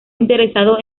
interesado